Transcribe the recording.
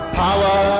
power